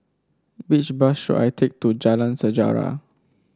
which bus should I take to Jalan Sejarah